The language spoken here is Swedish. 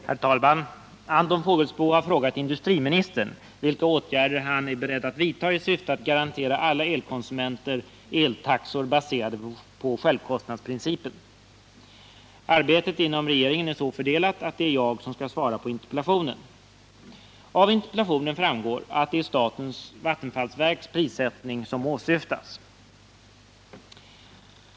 Herr talman! Anton Fågelsbo har frågat industriministern vilka åtgärder han är beredd att vidta i syfte att garantera alla elkonsumenter eltaxor baserade på självkostnadsprincipen. Arbetet inom regeringen är så fördelat att det är jag som skall svara på interpellationen. Av interpellationen framgår att det är statens vattenfallsverks prissättning som åsyftas.